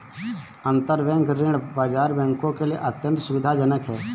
अंतरबैंक ऋण बाजार बैंकों के लिए अत्यंत सुविधाजनक है